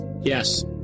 yes